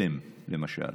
עלם למשל,